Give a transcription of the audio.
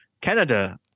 Canada